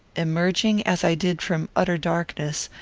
emerging as i did from utter darkness,